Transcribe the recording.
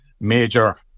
major